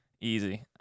Easy